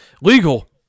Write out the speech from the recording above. legal